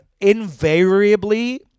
invariably